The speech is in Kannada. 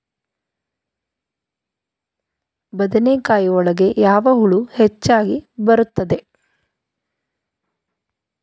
ಬದನೆಕಾಯಿ ಒಳಗೆ ಯಾವ ಹುಳ ಹೆಚ್ಚಾಗಿ ಬರುತ್ತದೆ?